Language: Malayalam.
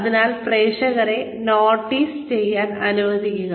അതിനാൽ പ്രേക്ഷകരെ നോട്ട്സ് എഴുതാൻ അനുവദിക്കുക